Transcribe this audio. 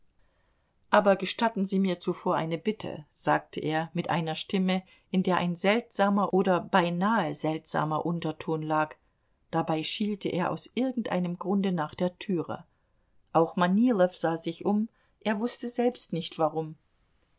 aber gestatten sie mir zuvor eine bitte sagte er mit einer stimme in der ein seltsamer oder beinahe seltsamer unterton lag dabei schielte er aus irgendeinem grunde nach der türe auch manilow sah sich um er wußte selbst nicht warum